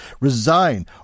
resign